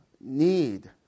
need